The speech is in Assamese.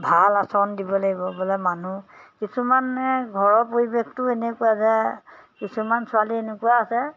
ভাল আচৰণ দিব লাগিব বোলে মানুহ কিছুমানে ঘৰৰ পৰিৱেশটো এনেকুৱা যে কিছুমান ছোৱালী এনেকুৱা আছে